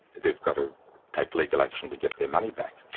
they've got to take legal action to get their money back.